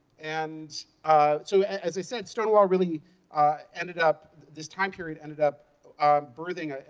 and so as i said, stonewall really ended up this time period ended up birthing ah